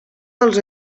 dels